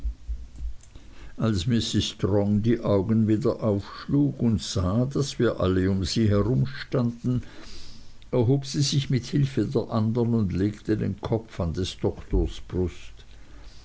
als mrs strong die augen wieder aufschlug und sah daß wir alle um sie herumstanden erhob sie sich mit hilfe der andern und legte den kopf an des doktors brust